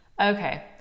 Okay